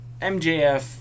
MJF